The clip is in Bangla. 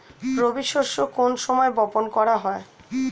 রবি শস্য কোন সময় বপন করা হয়?